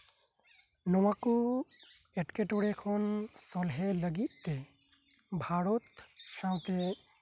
ᱱᱚᱣᱟ ᱠᱚ ᱮᱴᱠᱮᱴᱚᱬᱮ ᱠᱷᱚᱱ ᱥᱚᱞᱦᱮ ᱞᱟᱹᱜᱤᱫ ᱛᱮ ᱵᱷᱟᱨᱚᱛ ᱥᱟᱶᱛᱮ